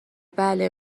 بله